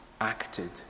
acted